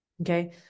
Okay